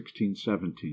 1617